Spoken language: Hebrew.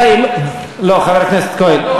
חבר הכנסת כהן.